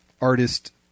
artist